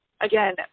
Again